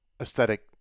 aesthetic